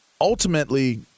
ultimately